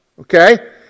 Okay